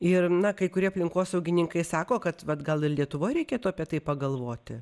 ir na kai kurie aplinkosaugininkai sako kad gal ir lietuva reikėtų apie tai pagalvoti